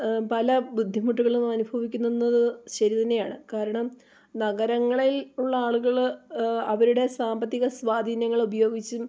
പല ബുദ്ധിമുട്ടുകളും അനുഭവിക്കുന്നു എന്നത് ശരി തന്നെയാണ് കാരണം നഗരങ്ങളിൽ ഉള്ള ആളുകൾ അവരുടെ സാമ്പത്തിക സ്വാധീനങ്ങൾ ഉപയോഗിച്ചും